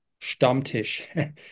Stammtisch